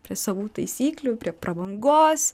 prie savų taisyklių prie prabangos